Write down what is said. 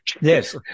yes